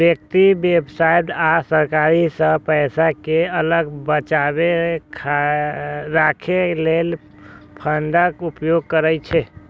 व्यक्ति, व्यवसाय आ सरकार सब पैसा कें अलग बचाके राखै लेल फंडक उपयोग करै छै